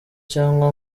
cyangwa